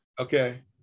Okay